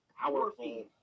powerful